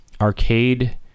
arcade